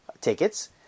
tickets